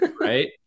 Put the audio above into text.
right